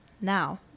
now